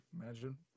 Imagine